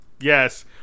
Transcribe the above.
Yes